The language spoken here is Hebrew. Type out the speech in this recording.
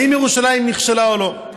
האם ירושלים נכשלה או לא?